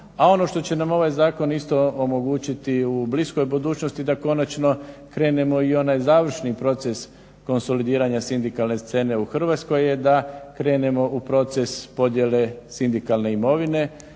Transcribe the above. a ono što će nam ovaj zakon isto omogućiti u bliskoj budućnosti da konačno krenemo i onaj završni proces konsolidiranja sindikalne scene u Hrvatskoj je da krenemo u proces podjele sindikalne imovine